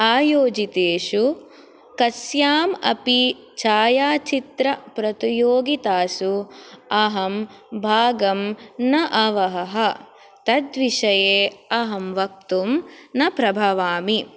आयोजितेषु कस्याम् अपि छायाचित्र प्रतियोगितासु अहं भागं न अवहः तद्विषये अहं वक्तुं न प्रभवामि